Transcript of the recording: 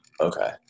Okay